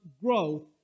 growth